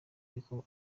y’uko